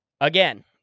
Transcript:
Again